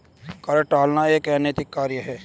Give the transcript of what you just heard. कर टालना एक अनैतिक कार्य है